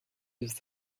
ist